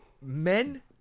men